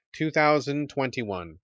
2021